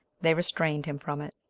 they restrained him from it.